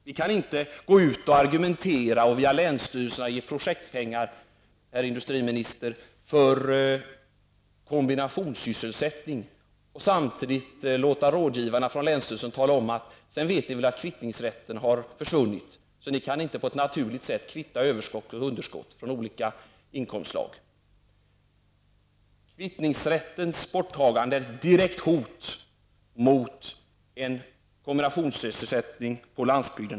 Vi kan inte gå ut och argumentera och via länsstyrelserna ge projektpengar, herr industriminister, för kombinationssysselsättning och samtidigt låta rådgivarna från länsstyrelsen säga: Ni vet väl att kvittningsrätten har försvunnit, varför ni inte på ett naturligt sätt kan kvitta överskott mot underskott i olika inkomstslag. Kvittningsrättens borttagande är ett direkt hot mot en kombinationssysselsättning på landsbygden.